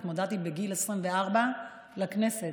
התמודדתי בגיל 24 לכנסת,